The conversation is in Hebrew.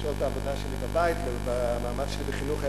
לשעות העבודה שלי בבית, למאמץ שלי בחינוך הילדים.